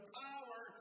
power